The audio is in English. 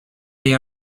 they